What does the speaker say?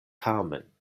tamen